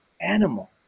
animal